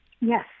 Yes